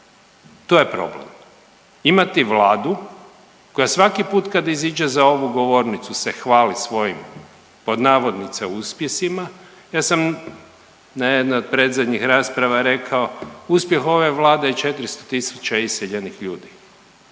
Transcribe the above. je je problem. Imati vladu koja svaki put kad iziđe za ovu govornicu se hvali svojim pod navodnike uspjesima. Ja sam na jednoj od predzadnjih rasprava rekao uspjeh ove Vlade je 400 000 iseljenih ljudi.